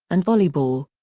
and volleyball.